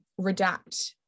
redact